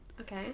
Okay